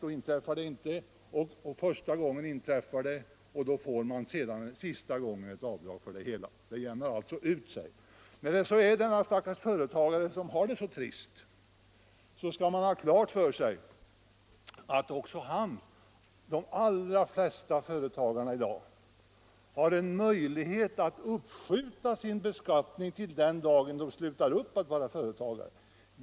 Effekten uppstår vid den första taxeringen, och vid nästa tillfälle får man dra av hela beloppet. Det jämnar alltså ut sig. Men när det gäller denna stackars företagare som har det så, skall man också ha klart för sig att de allra flesta företagare i dag har en möjlighet att uppskjuta en beskattning till den dag då de slutar upp med att vara företagare.